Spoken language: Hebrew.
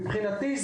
מבחינתנו,